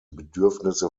bedürfnisse